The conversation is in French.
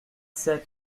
sept